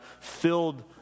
filled